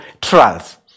trials